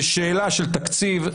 זה שאלה של תקציב,